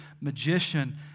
magician